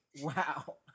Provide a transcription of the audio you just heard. wow